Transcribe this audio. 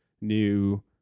new